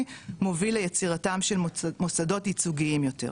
מוביל ליצירתם של מוסדות ייצוגיים יותר.